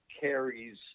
carries